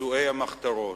פצועי המחתרות.